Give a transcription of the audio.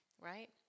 right